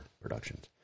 productions